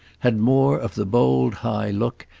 had more of the bold high look,